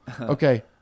Okay